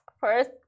first